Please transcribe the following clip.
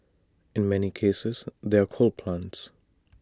in many cases they're coal plants